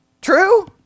True